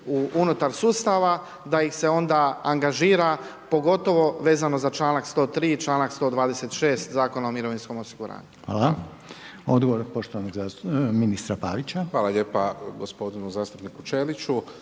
unutar sustava da ih se onda angažira pogotovo vezano za članak 103. i članak 126. Zakona o mirovinskom osiguranju.